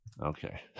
Okay